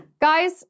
Guys